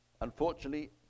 Unfortunately